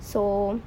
so